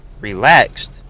Relaxed